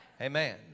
Amen